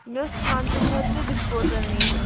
مےٚ اوس خاندرٕ خٲطرٕ ڈِسپوزَل نِنۍ